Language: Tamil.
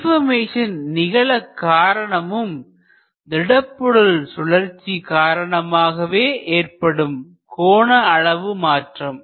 டிபர்மேசன் நிகழ காரணமும் திடப்பொருள் சுழற்சி காரணமாக ஏற்படும் கோண அளவு மாற்றம்